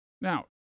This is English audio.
Now